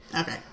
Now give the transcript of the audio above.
Okay